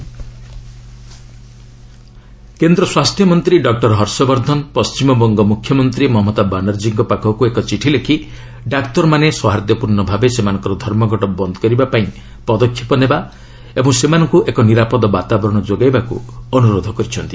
Harsh Vardhan Mamata letter କେନ୍ଦ୍ର ସ୍ୱାସ୍ଥ୍ୟ ମନ୍ତ୍ରୀ ଡକ୍ଟର ହର୍ଷ ବର୍ଦ୍ଧନ ପଣ୍ଢିମବଙ୍ଗ ମୁଖ୍ୟମନ୍ତ୍ରୀ ମମତା ବାନାର୍ଜୀଙ୍କ ପାଖକୁ ଏକ ଚିଠି ଲେଖି ଡାକ୍ତରମାନେ ସୌହାର୍ଦ୍ଦ୍ୟପୂର୍ଣ୍ଣ ଭାବେ ସେମାନଙ୍କର ଧର୍ମଘଟ ବନ୍ଦ କରିବା ପାଇଁ ପଦକ୍ଷେପ ନେବା ଓ ସେମାନଙ୍କୁ ଏକ ନିରାପଦ ବାତାବରଣ ଯୋଗାଇବାକୁ ଅନୁରୋଧ କରିଛନ୍ତି